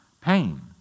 pain